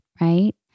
right